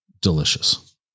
delicious